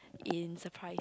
in surprise